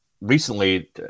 Recently